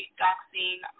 doxing